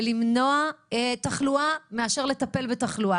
בלמנוע תחלואה במקום לטפל בתחלואה?